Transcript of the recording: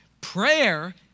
Prayer